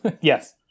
Yes